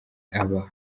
aba